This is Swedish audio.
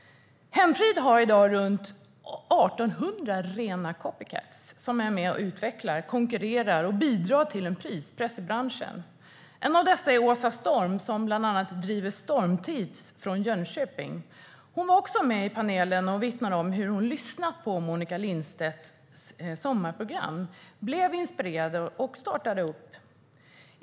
Hemfrid har i dag runt 1 800 rena copycats som är med och utvecklar, konkurrerar och bidrar till prispress i branschen. En av dessa är Åsa Storm, som driver bland annat Stormtrivs i Jönköping. Hon satt också med i panelen och vittnade om att hon lyssnat på Monica Lindstedts Sommar program, blivit inspirerad och startat upp.